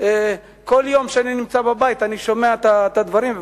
כל יום שאני נמצא בבית אני שומע את הדברים,